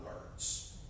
words